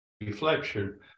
reflection